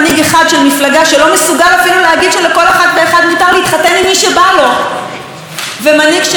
מותר להתחתן עם מי שבא לו ומנהיג שני ששותק על משטרת המחשבות בגבולות,